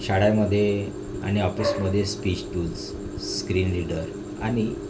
शाळेमध्ये आणि ऑफिसमध्ये स्पीच टूल्स स्क्रीन रिडर आणि